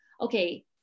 okay